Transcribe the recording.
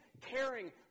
caring